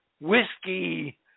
whiskey